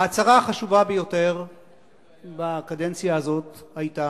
ההצהרה החשובה ביותר בקדנציה הזאת היתה,